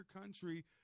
country